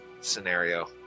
scenario